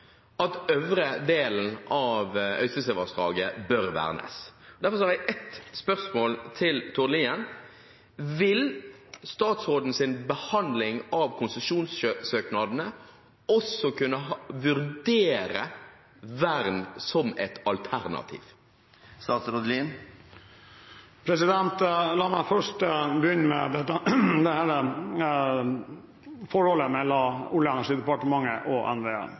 at hun mener fortsatt at øvre del av Øystesevassdraget bør vernes. Derfor har jeg ett spørsmål til Tord Lien: Vil statsrådens behandling av konsesjonssøknadene også kunne vurdere vern som et alternativ? La meg begynne med forholdet mellom Olje- og energidepartementet og NVE.